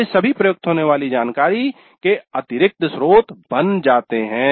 वे सभी प्रयुक्त होने वाली जानकारी के अतिरिक्त स्रोत बन जाते हैं